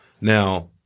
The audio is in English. Now